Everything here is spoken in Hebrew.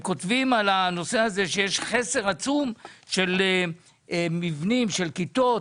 הם כותבים על הנושא הזה שיש חסר עצום של מבנים ושל כיתות.